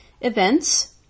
events